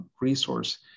resource